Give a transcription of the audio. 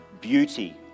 beauty